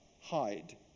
hide